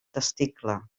testicle